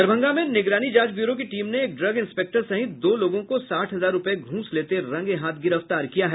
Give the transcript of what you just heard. दरभंगा में निगरानी जांच ब्यूरो की टीम ने एक ड्रग इंस्पेक्टर सहित दो लोगों को साठ हजार रुपये घूस लेते रंगे हाथ गिरफ्तार किया है